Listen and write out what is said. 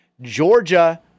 Georgia